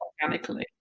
organically